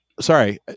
Sorry